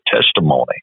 testimony